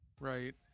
right